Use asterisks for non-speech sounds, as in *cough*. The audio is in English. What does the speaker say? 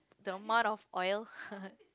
the amount of oil *laughs*